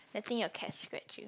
letting you cats scratch you